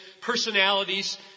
personalities